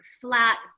flat